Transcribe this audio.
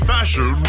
Fashion